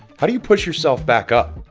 how do you push yourself back up?